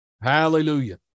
Hallelujah